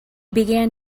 began